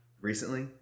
recently